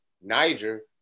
Niger